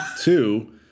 Two